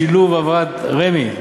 בשילוב העברת רמ"י,